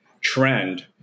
trend